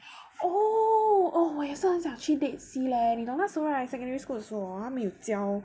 oh 我也是很想去 Dead Sea leh 你懂那时候 right secondary school 的时候 hor 他们有教